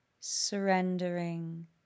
surrendering